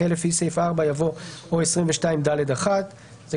אחרי "לפי סעיף 4" יבוא "או 22ד1". זה